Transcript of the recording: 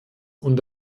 und